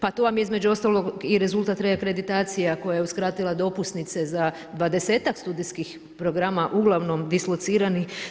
Pa tu vam između ostalog i rezultat reakreditacija koje je uskratila dopusnice za dvadesetak studijskih programa uglavnom dislocirani.